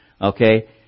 Okay